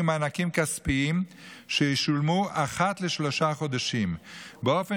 מענקים כספיים שישולמו אחת לשלושה חודשים באופן